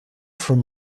from